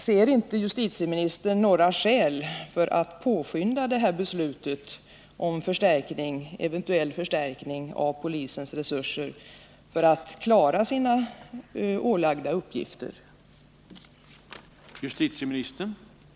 Ser inte justitieministern några skäl för att påskynda beslutet om eventuell förstärkning av polisens resurser för att de skall kunna klara de uppgifter som har ålagts dem?